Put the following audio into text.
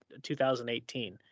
2018